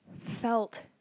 felt